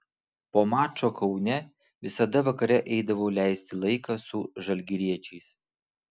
po mačo kaune visada vakare eidavau leisti laiką su žalgiriečiais